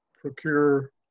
procure